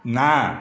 ନା